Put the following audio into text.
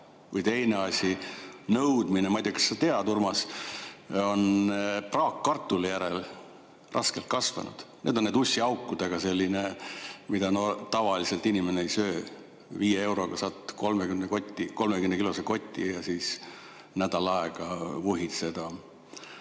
Või teine asi: nõudmine – ma ei tea, kas sa tead, Urmas – on praakkartuli järele raskelt kasvanud. Need on need ussiaukudega, sellised, mida tavaliselt inimene ei söö. Viie euroga saad 30‑kilose koti ja siis nädal aega vuhid seda.